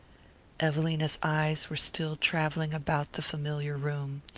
evelina's eyes were still travelling about the familiar room.